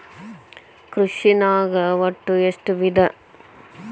ಕೃಷಿನಾಗ್ ಒಟ್ಟ ಎಷ್ಟ ವಿಧ?